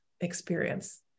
experience